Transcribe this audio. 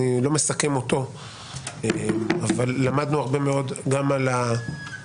אני לא מסכם אותו אבל למדנו הרבה מאוד גם על הרקע,